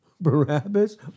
Barabbas